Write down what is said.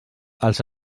els